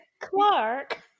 Clark